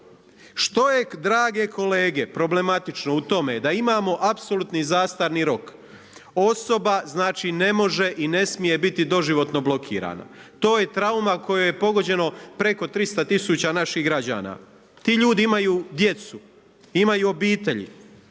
Što je drage kolege problematično u tome da imamo apsolutni zastarni rok osoba ne može i ne smije biti doživotno blokirana. To je trauma u kojoj je pogođeno preko 300 tisuća naših građana, ti ljudi imaju djecu, imaju obitelji